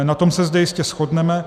Na tom se zde jistě shodneme.